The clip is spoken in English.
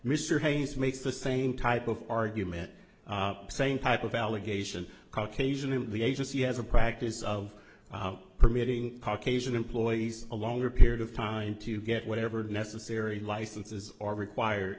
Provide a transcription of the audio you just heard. hayes makes the same type of argument same type of allegation caucasian and the agency has a practice of permitting caucasian employees a longer period of time to get whatever necessary licenses are required